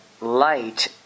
light